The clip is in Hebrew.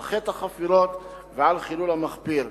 על חטא החפירות ועל החילול המחפיר.